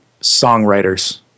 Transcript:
songwriters